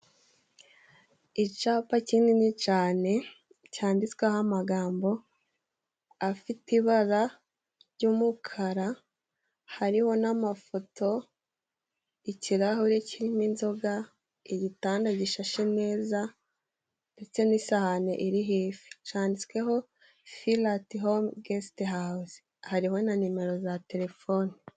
Icapa kinini cane cyanditsweho amagambo afite ibara ry'umukara hariho n'amafoto ikirahure kirimo inzoga igitanda gishashe neza ndetse n'isahani iriho ifi canditsweho firati home gesite hawuzi hariho na nimero za telefoni